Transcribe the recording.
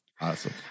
Awesome